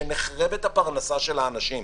כשנחרבת הפרנסה של אנשים,